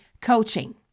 coaching